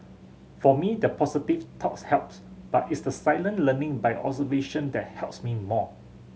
for me the positive talks helps but it's the silent learning by observation that helps me more